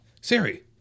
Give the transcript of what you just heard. Siri